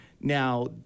Now